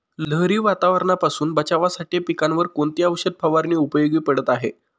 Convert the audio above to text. लहरी वातावरणापासून बचावासाठी पिकांवर कोणती औषध फवारणी उपयोगी पडत आहे?